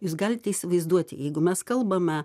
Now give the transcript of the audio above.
jūs galite įsivaizduoti jeigu mes kalbame